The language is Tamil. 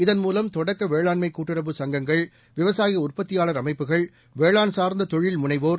இதன்மூலம் தொடக்க வேளாண்மை கூட்டுறவு சங்கங்கள் விவசாய உற்பத்தியாளர் அமைப்புகள் வேளாண் சார்ந்த தொழில் முனைவோர்